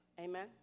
Amen